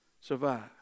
survive